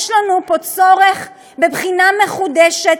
יש לנו פה צורך בבחינה מחודשת,